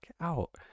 out